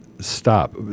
stop